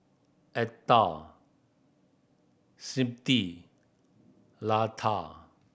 Atal Smriti Lata